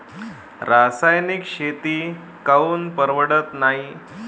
रासायनिक शेती काऊन परवडत नाई?